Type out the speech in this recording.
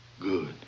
Good